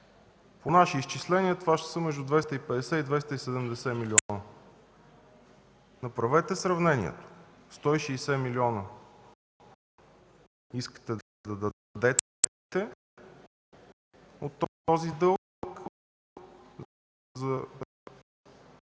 По наши изчисления, това ще са между 250 и 270 милиона. Направете сравнение – 160 милиона от този дълг